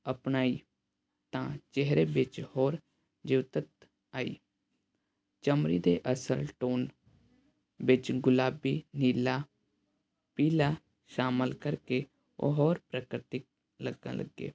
ਅਪਣਾਈ ਤਾਂ ਚਿਹਰੇ ਵਿੱਚ ਹੋਰ ਜਿਉਤਤ ਆਈ ਚਮੜੀ ਦੇ ਅਸਲ ਟੋਨ ਵਿੱਚ ਗੁਲਾਬੀ ਨੀਲਾ ਪੀਲਾ ਸ਼ਾਮਲ ਕਰਕੇ ਉਹ ਹੋਰ ਪ੍ਰਾਕਿਰਤਿਕ ਲੱਗਣ ਲੱਗੇ